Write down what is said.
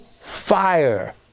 fire